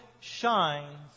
shines